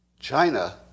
China